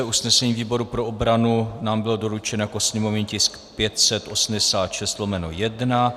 Usnesení výboru pro obranu nám bylo doručeno jako sněmovní tisk 586/1.